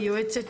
היא יועצת